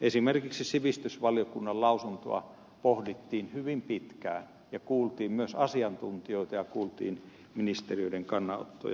esimerkiksi sivistysvaliokunnan lausuntoa pohdittiin hyvin pitkään ja kuultiin myös asiantuntijoita ja kuultiin ministeriöiden kannanottoja